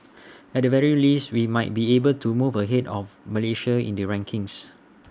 at the very least we might be able to move ahead of Malaysia in the rankings